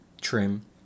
trim